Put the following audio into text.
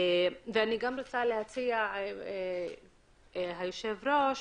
אני גם רוצה להציע אדוני היושב-ראש,